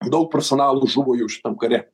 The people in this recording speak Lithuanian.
daug profesionalų žuvo jau šitam kare